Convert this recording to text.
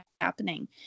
happening